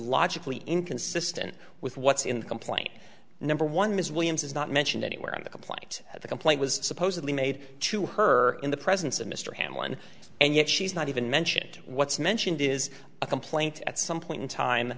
logically inconsistent with what's in the complaint number one ms williams is not mentioned anywhere on the plight of the complaint was supposedly made to her in the presence of mr hamlyn and yet she's not even mentioned what's mentioned is a complaint at some point in time